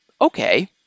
okay